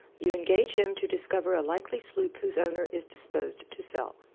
you engage him to discover a likely sloop whose owner is disposed to sell.